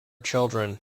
children